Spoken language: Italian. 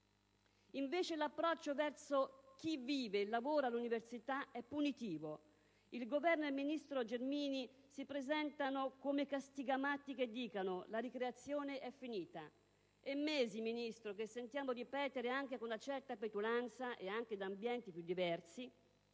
Invece l'approccio verso chi vive e lavora all'università è punitivo. Il Governo e il ministro Gelmini si presentano come castigamatti che dicono: la ricreazione è finita. È da mesi, signora Ministro, che sentiamo ripetere, anche con una certa petulanza e dagli ambienti più diversi,